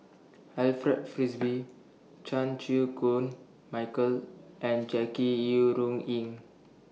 Alfred Frisby Chan Chew Koon Michael and Jackie Yi Ru Ying